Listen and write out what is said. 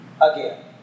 again